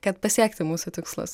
kad pasiekti mūsų tikslus